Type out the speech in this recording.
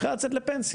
מתחילה לצאת לפנסיה.